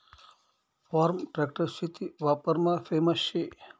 form tractor शेती वापरमा famous शे